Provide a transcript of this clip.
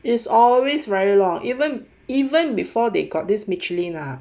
it's always very long even even before they got this michelin ah